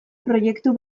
proiektu